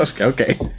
Okay